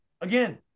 again